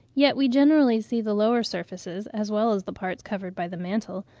yet we generally see the lower surfaces, as well as the parts covered by the mantle,